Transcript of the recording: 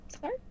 sorry